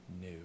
new